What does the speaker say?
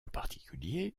particulier